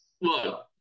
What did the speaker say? look